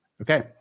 Okay